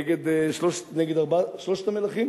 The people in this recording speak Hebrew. נגד שלושה מלכים.